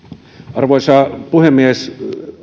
arvoisa puhemies